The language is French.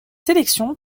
sélection